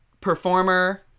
Performer